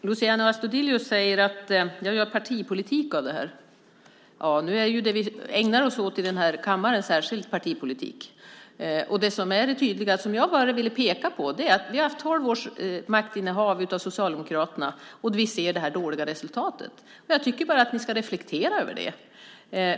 Herr talman! Luciano Astudillo säger att jag gör partipolitik av det här. Ja, det vi ägnar oss åt i den här kammaren är ju särskilt partipolitik. Det som är det tydliga, som jag bara ville peka på, är att vi har haft tolv års maktinnehav av Socialdemokraterna och ser det här dåliga resultatet. Jag tycker bara att ni ska reflektera över det.